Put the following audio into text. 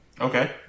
Okay